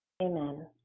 Amen